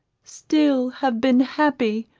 still have been happy.